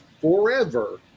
forever